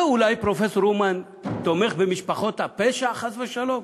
ואולי פרופסור אומן תומך במשפחות הפשע, חס ושלום?